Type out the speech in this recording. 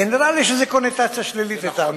גנרל, יש לזה קונוטציה שלילית לטעמי.